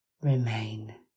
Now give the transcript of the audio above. remain